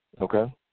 Okay